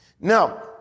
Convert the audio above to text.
now